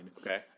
okay